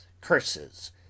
curses